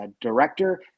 director